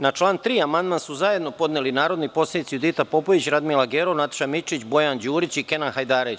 Na član 3. amandman su zajedno podneli narodni poslanici Judita Popović, Radmila Gerov, Nataša Mićić, Bojan Đurić i Kenan Hajdarević.